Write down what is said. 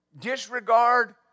Disregard